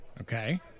Okay